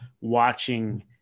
watching